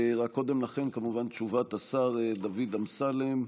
רק קודם לכן כמובן תשובת השר דוד אמסלם.